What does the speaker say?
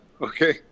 Okay